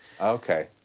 Okay